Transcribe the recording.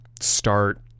start